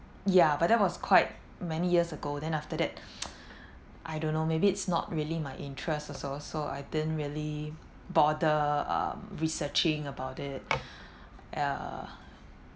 ya but that was quite many years ago then after that I don't know maybe it's not really my interest also so I didn't really bother um researching about it uh